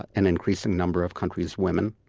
and increasing numbers of countries, women,